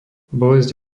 bolesť